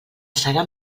segar